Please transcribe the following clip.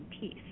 peace